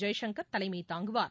ஜெய்சங்கள் தலைமை தாங்குவார்